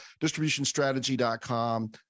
distributionstrategy.com